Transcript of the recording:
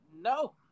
No